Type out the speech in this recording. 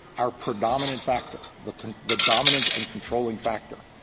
our predominant factor, the the dominant and controlling factor,